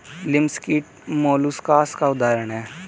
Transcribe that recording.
लिमस कीट मौलुसकास का उदाहरण है